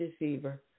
deceiver